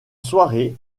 soirée